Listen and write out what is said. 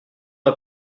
n’a